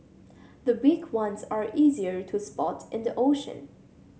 the big ones are easier to spot in the ocean